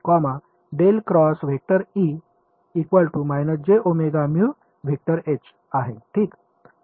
तर पहिले समीकरण आहे ठीक